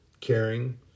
caring